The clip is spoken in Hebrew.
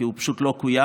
כי הוא פשוט לא התקיים.